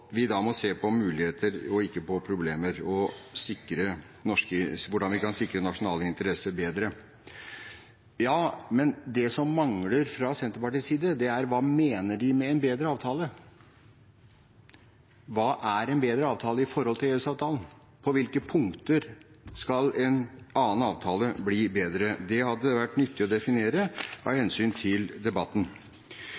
vi da må se på muligheter, ikke på problemer, og på hvordan vi kan sikre nasjonale interesser bedre. Ja, men det som mangler fra Senterpartiets side, er: Hva mener de med en bedre avtale? Hva er en bedre avtale i forhold til EØS-avtalen? På hvilke punkter skal en annen avtale bli bedre? Det hadde det vært nyttig å få definert av